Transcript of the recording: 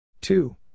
Two